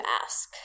ask